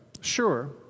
sure